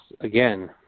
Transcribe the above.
again